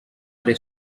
are